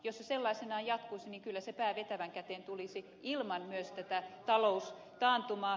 jos se sellaisenaan jatkuisi niin kyllä se pää vetävän käteen tulisi myös ilman tätä taloustaantumaa